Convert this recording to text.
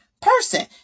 person